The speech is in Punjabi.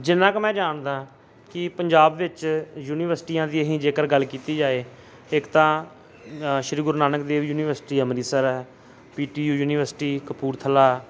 ਜਿੰਨਾ ਕੁ ਮੈਂ ਜਾਣਦਾ ਕਿ ਪੰਜਾਬ ਵਿੱਚ ਯੂਨੀਵਰਸਿਟੀਆਂ ਦੀ ਅਸੀਂ ਜੇਕਰ ਗੱਲ ਕੀਤੀ ਜਾਏ ਇੱਕ ਤਾਂ ਸ਼੍ਰੀ ਗੁਰੂ ਨਾਨਕ ਦੇਵ ਯੂਨੀਵਰਸਿਟੀ ਅੰਮ੍ਰਿਤਸਰ ਹੈ P T U university Kapurthala ਹੈ